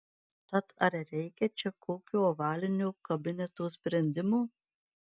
tad ar reikia čia kokio ovalinio kabineto sprendimo